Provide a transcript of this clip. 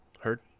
Heard